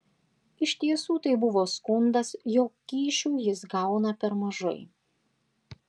iš tiesų tai buvo skundas jog kyšių jis gauna per mažai